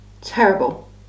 terrible